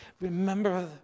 Remember